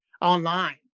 online